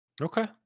Okay